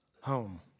home